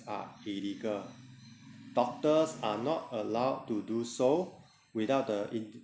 are illegal doctors are not allowed to do so without the indi~